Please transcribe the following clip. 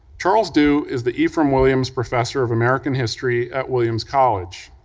charles dew is the ephraim williams professor of american history at williams college,